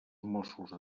mossos